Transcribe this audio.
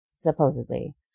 supposedly